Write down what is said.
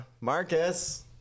Marcus